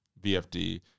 vfd